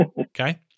Okay